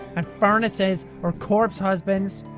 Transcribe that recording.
and furnaces or corpse husbands.